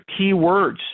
keywords